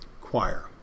choir